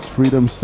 Freedom